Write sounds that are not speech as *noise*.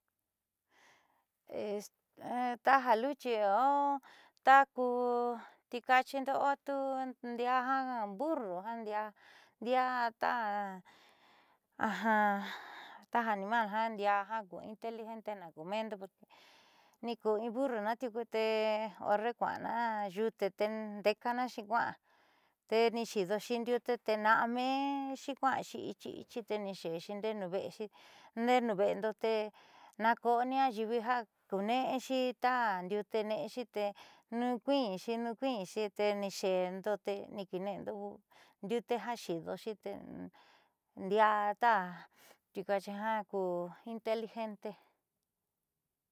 *hesitation* taja luchi o taaku tii kaachindo o tu ndiaá ja burru jiaa ndiaa taja animal ndiaa ku inteligente na k *hesitation* eendo nikoo in burruna tiuku te horre kua'ana yute teende'ekanaxi kua'a tee niixi'idoxi nduite te na'a meenxi kua'anxi ichi, ichi te nixe'exi ndeé nuuve'exi ndee nuve'endo te naakooni ayiivi ja kuune'exi taa ndiute neexi te nuukuiinxi, nuukuiinxi teni xe'endo tee kuune'endo nduite ja xiidoxi tee ndiaá tikachi ku inteligente.